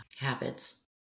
habits